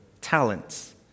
talents